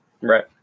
Right